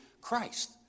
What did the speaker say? Christ